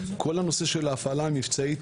של ההפעלה המבצעית,